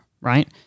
right